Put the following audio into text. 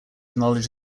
knowledge